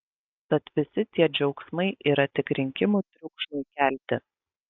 tad visi tie džiaugsmai yra tik rinkimų triukšmui kelti